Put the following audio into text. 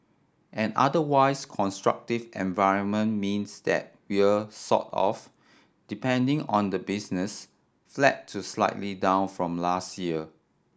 an otherwise constructive environment means that we're sort of depending on the business flat to slightly down from last year